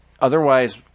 otherwise